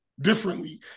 differently